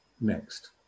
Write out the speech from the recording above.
next